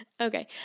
Okay